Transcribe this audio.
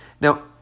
Now